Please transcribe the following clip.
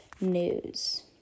news